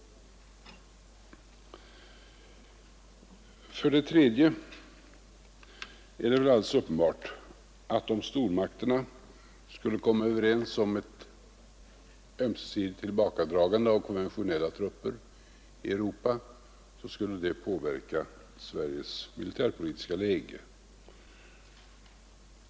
För det tredje är det väl alldeles uppenbart att om stormakterna skulle komma överens om ett ömsesidigt tillbakadragande av konventionella trupper i Europa, så skulle det påverka Sveriges militärpolitiska läge.